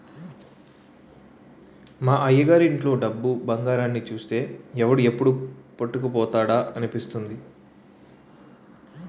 మా అయ్యగారి ఇంట్లో డబ్బు, బంగారాన్ని చూస్తే ఎవడు ఎప్పుడు పట్టుకుపోతాడా అనిపిస్తుంది